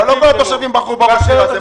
לא כל התושבים בחרו בראש העירייה הזה.